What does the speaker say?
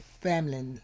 family